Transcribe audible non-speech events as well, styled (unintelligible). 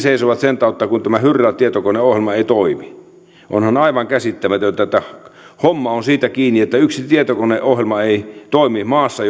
(unintelligible) seisovat sen tautta kun tämä hyrrä tietokoneohjelma ei toimi onhan aivan käsittämätöntä että homma on siitä kiinni että yksi tietokoneohjelma ei toimi maassa (unintelligible)